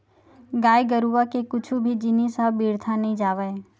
गाय गरुवा के कुछु भी जिनिस ह बिरथा नइ जावय